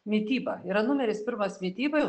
mityba yra numeris pirmas mityba jau